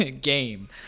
game